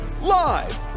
live